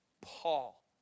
Paul